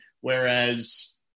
whereas